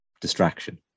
distraction